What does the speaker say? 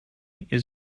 nothing